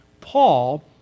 Paul